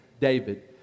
David